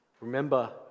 Remember